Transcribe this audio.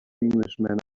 englishman